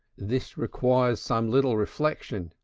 this requires some little reflection.